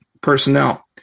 personnel